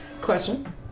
Question